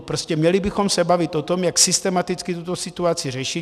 Prostě měli bychom se bavit o tom, jak systematicky tuto situaci řešit.